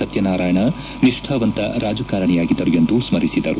ಸತ್ಯನಾರಾಯಣ ನಿಷ್ಠಾವಂತ ರಾಜಕಾರಣೆಯಾಗಿದ್ದರು ಎಂದು ಸ್ಥರಿಸಿದರು